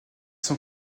sont